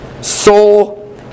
soul